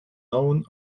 own